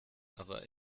aber